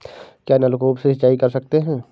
क्या नलकूप से सिंचाई कर सकते हैं?